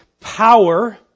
power